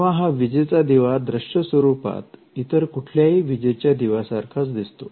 तेव्हा हा विजेचा दिवा दृश्य स्वरूपात इतर कुठल्याही विजेचा दिव्या सारखा दिसतो